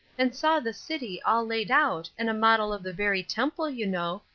and saw the city all laid out and a model of the very temple, you know,